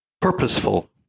purposeful